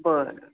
बरं